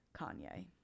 Kanye